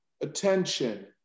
attention